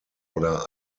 oder